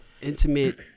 intimate